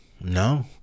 no